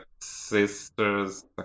sisters